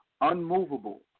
unmovable